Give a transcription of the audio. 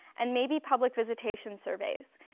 and maybe public visitation surveys.